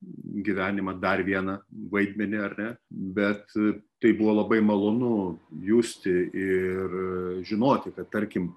gyvenimą dar vieną vaidmenįar ne bet tai buvo labai malonu justi ir žinoti kad tarkim